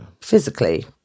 Physically